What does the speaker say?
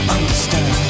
Understand